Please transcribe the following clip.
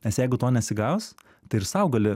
nes jeigu to nesigaus tai ir sau gali